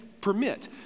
Permit